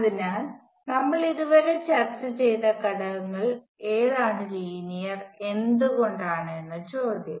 അതിനാൽ നമ്മൾ ഇതുവരെ ചർച്ച ചെയ്ത ഘടകങ്ങളിൽ ഏതാണ് ലീനിയർ എന്തുകൊണ്ട് എന്നതാണ് ചോദ്യം